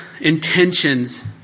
intentions